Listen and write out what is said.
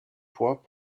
poids